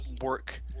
work